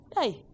Hey